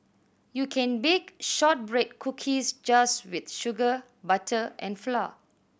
you can bake shortbread cookies just with sugar butter and flour